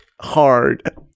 hard